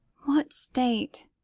what state?